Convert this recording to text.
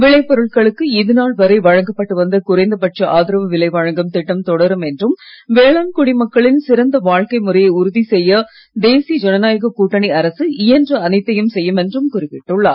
விளைப் பொருட்களுக்கு இதுநாள் வரை வழங்கப்பட்டு வந்த குறைந்தபட்ச ஆதரவு விலை வழங்கும் திட்டம் தொடரும் என்றும் வேளாண் குடிமக்களின் சிறந்த வாழ்க்கை முறையை உறுதி செய்ய தேசிய ஜனநாயக கூட்டணி அரசு இயன்ற அனைத்தையும் செய்யும் என்றும் குறிப்பிட்டுள்ளார்